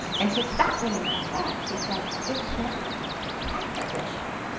and she stopped me in my track. she said, it's not effortlessly.